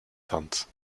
tand